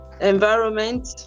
environment